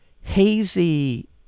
hazy